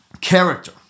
character